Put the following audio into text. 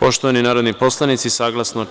Poštovani narodni poslanici, saglasno